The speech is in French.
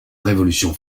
révolution